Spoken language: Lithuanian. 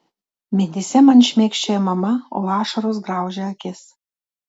mintyse man šmėkščioja mama o ašaros graužia akis